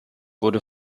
wurde